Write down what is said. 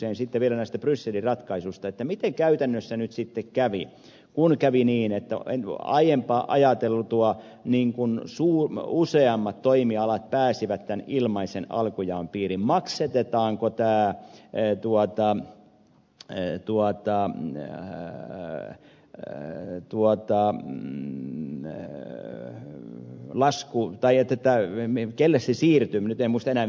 kankaanniemen kysymykseen näistä brysselin ratkaisuista miten käytännössä nyt sitten kävi kun kävi niin että aiemmin ajateltua useammat toimialat pääsivät tämän ilmaisen alkujaon piiriin maksatetaanko tää ei tuottane sateet tuottaa ja tämä lasku tai kenelle se siirtyy nyt en muista enää miten se ed